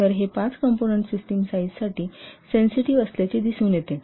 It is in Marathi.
तर हे पाच कंपोनंन्ट सिस्टम साईजसाठी सेन्सिटिव्ह असल्याचे दिसून येते